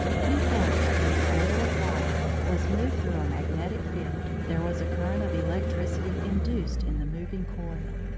he found that when a coil of wire was moved through a magnetic field, there was a current of electricity induced in the moving coil.